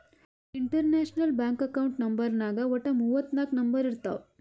international bank account ನಂಬರ್ನಾಗ್ ವಟ್ಟ ಮೂವತ್ ನಾಕ್ ನಂಬರ್ ಇರ್ತಾವ್